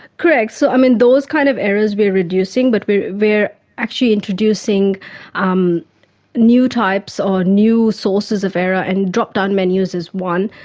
correct. so um and those kind of errors we are reducing, but we we are actually introducing um new types or new sources of error, and drop-down menus is one.